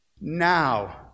Now